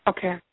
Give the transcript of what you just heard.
Okay